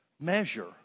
Measure